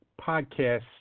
podcast